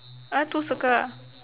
ah two circle ah